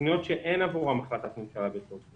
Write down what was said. תוכניות שאין עבורן החלטת ממשלה בתוקף